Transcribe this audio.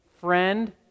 friend